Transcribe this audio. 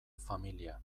familia